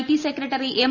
T secretary M